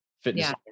fitness